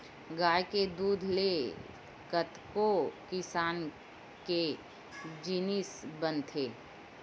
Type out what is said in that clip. गाय के दूद ले कतको किसम के जिनिस बनथे